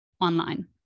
online